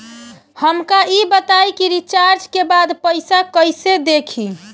हमका ई बताई कि रिचार्ज के बाद पइसा कईसे देखी?